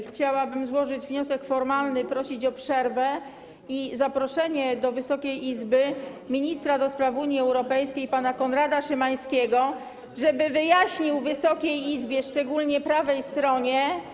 Chciałabym złożyć wniosek formalny, prosić o przerwę i zaproszenie do Wysokiej Izby ministra do spraw Unii Europejskiej pana Konrada Szymańskiego, żeby wyjaśnił Wysokiej Izbie, szczególnie prawej stronie.